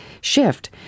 shift